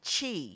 chi